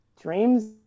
dreams